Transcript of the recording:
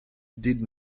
did